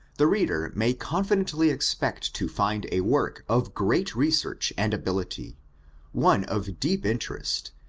the reader may confidently expect to find a work of great research and abilitya one of deep interest,